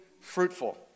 fruitful